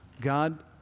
God